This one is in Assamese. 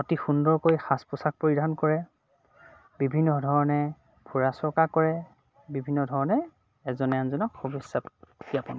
অতি সুন্দৰকৈ সাজ পোছাক পৰিধান কৰে বিভিন্ন ধৰণে ফুৰা চকা কৰে বিভিন্ন ধৰণে এজনে আনজনক শুভেচ্ছা জ্ঞাপন কৰে